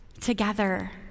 together